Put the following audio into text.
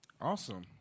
Awesome